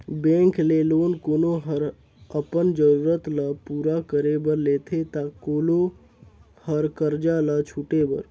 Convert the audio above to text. bank ले loan कोनो हर अपन जरूरत ल पूरा करे बर लेथे ता कोलो हर करजा ल छुटे बर